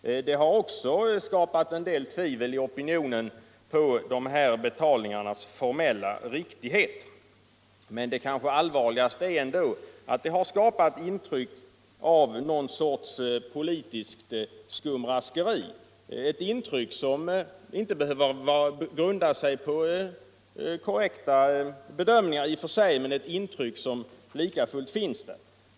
Det har också hos opinionen skapat tvivel på de här betalningarnas formella riktighet. Men det kanske allvarligaste är ändå att det har skapat intryck av någon sorts politiskt skumraskeri — ett intryck som inte behöver grunda sig på korrekta bedömningar i och för sig men ett intryck som likafullt finns där.